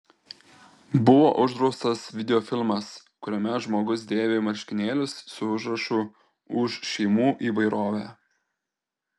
buvo uždraustas videofilmas kuriame žmogus dėvi marškinėlius su užrašu už šeimų įvairovę